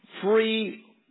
free